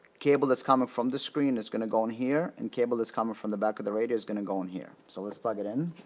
cable that's coming from the screen it's gonna go in here and cable the coming from the back of the radio is gonna go in here. so let's plug it in.